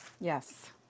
Yes